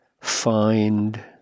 find